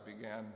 began